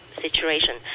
situation